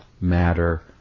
matter